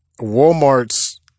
walmart's